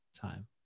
time